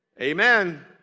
Amen